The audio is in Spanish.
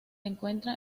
encuentra